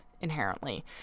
inherently